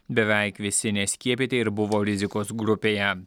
beveik visi neskiepyti ir buvo rizikos grupėje